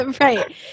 Right